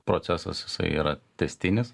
procesas jisai yra tęstinis